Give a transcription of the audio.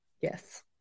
Yes